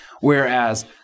Whereas